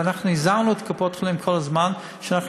ואנחנו הזהרנו את קופות-החולים כל הזמן שאנחנו